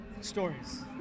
stories